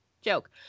joke